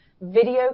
video